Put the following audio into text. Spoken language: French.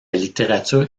littérature